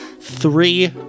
three